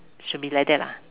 should be like that lah